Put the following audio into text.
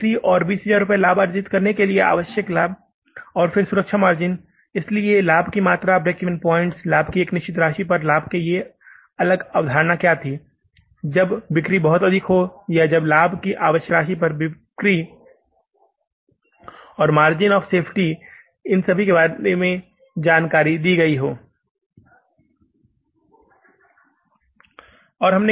फिर बिक्री और 20000 रुपये का लाभ अर्जित करने के लिए आवश्यक लाभ और फिर सुरक्षा मार्जिन इसलिए लाभ की मात्रा ब्रेक ईवन पॉइंट लाभ की एक निश्चित राशि पर लाभ की ये अलग अवधारणा क्या हैं जब बिक्री बहुत अधिक हो या लाभ की आवश्यक राशि पर बिक्री और मार्जिन ऑफ़ सेफ्टी सभी जानकारी हमें दी गई हो